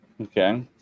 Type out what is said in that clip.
Okay